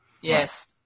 Yes